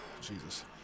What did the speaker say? Jesus